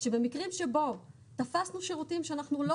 שבמקרים שבו תפסנו שירותים שאנחנו לא